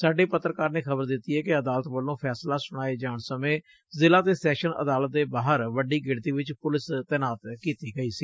ਸਾਡੇ ਪੱਤਰਕਾਰ ਨੇ ਖ਼ਬਰ ਦਿੱਤੀ ਏ ਕਿ ਅਦਾਲਤ ਵੱਲੋ ਫੈਸਲਾ ਸੁਣਾਏ ਜਾਣ ਸਮੇ ਜ਼ਿਲਾ ਤੇ ਸੈਸ਼ਨ ਅਦਾਲਤ ਦੇ ਬਾਹਰ ਵੱਡੀ ਗਿਣਤੀ ਚ ਪੁਲਿਸ ਤੈਨਾਤ ਕੀਤੀ ਗਈ ਸੀ